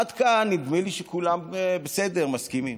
עד כאן נדמה לי שכולם בסדר, מסכימים.